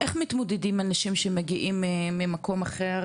איך מתמודדים אנשים שמגיעים ממקום אחר,